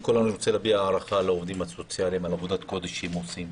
אני רוצה להביע הערכה לעובדים הסוציאליים על עבודת הקודש שהם עושים.